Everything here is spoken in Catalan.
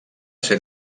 ser